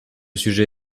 sujet